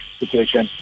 situation